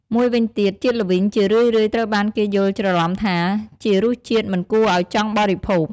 មួយវិញទៀត ជាតិល្វីងជារឿយៗត្រូវបានគេយល់ច្រឡំថាជារសជាតិមិនគួរអោយចង់បរិភោគ។